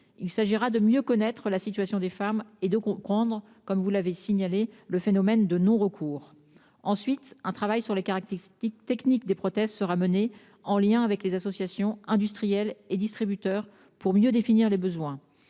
d'abord de mieux connaître la situation des femmes et de comprendre le phénomène de non-recours. Ensuite, un travail sur les caractéristiques techniques des prothèses sera mené, en lien avec les associations, industriels et distributeurs, pour mieux définir les besoins.